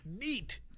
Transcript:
Neat